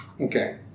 Okay